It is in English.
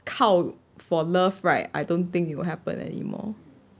靠 for love right I don't think you will happen anymore